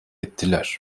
ettiler